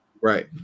right